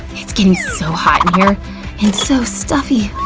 it's getting so hot in here and so stuffy,